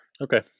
Okay